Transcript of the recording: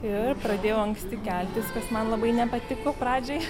ir pradėjau anksti keltis kas man labai nepatiko pradžioj